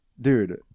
dude